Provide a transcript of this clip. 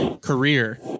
career